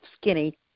skinny